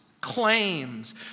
claims